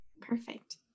Perfect